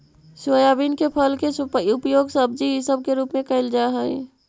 soybean के फल के उपयोग सब्जी इसब के रूप में कयल जा हई